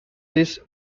this